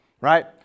right